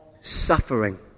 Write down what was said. suffering